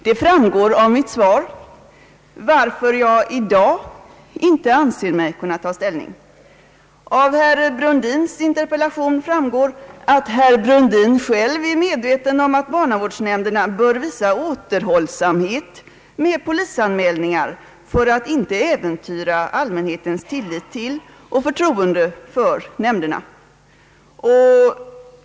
Av mitt svar framgår varför jag i dag inte anser mig kunna ta ställning. Herr Brundins interpellation visar att han själv är medveten om att barnavårdsnämnderna bör vara återhållsamma med polisanmälningar för att inte äventyra allmänhetens tillit till och förtroende för nämnderna.